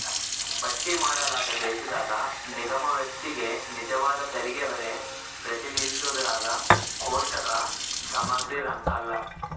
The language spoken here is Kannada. ಪಟ್ಟಿ ಮಾಡಲಾದ ದೇಶದಾಗ ನಿಗಮ ವ್ಯಕ್ತಿಗೆ ನಿಜವಾದ ತೆರಿಗೆಹೊರೆ ಪ್ರತಿನಿಧಿಸೋದ್ರಾಗ ಕೋಷ್ಟಕ ಸಮಗ್ರಿರಂಕಲ್ಲ